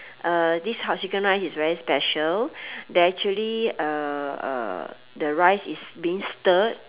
uh this house chicken rice is very special they actually uh uh the rice is being stirred